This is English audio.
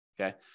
Okay